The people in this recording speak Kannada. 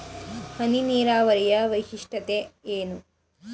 ಹನಿ ನೀರಾವರಿಯ ವೈಶಿಷ್ಟ್ಯತೆ ಏನು?